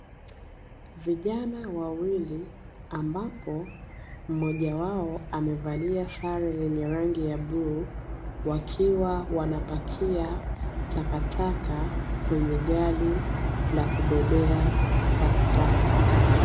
Vijana wawili ambapo mmoja wao amevalia sare yenye rangi ya bluu, wakiwa wanapakia takataka kwenye gari la kubebea takataka.